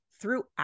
throughout